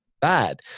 bad